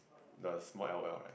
the small L_O_L right